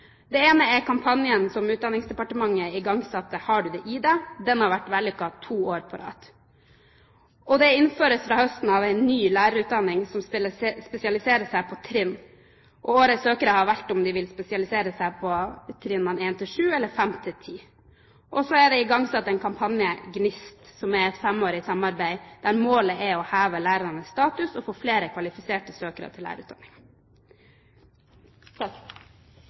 Det ene er kampanjen som Utdanningsdepartementet igangsatte: Har du det i deg? Den har vært vellykket i to år på rad. Det andre er at det fra høsten av innføres en ny lærerutdanning som spesialiserer seg på trinn. Årets søkere har valgt om de vil spesialisere seg på trinnene 1–7 eller 5–10. Det tredje er at det er igangsatt en kampanje, GNIST, som er et femårig samarbeid der målet er å heve lærernes status og få flere kvalifiserte søkere til